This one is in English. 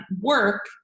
work